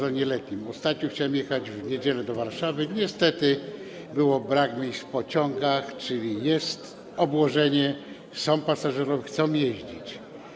Ostatnio chciałem jechać w niedzielę do Warszawy, niestety nie było miejsc w pociągach - czyli jest obłożenie, są pasażerowie, chcą jeździć.